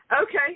Okay